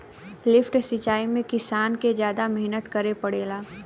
lift सिचाई में किसान के जादा मेहनत करे के पड़ेला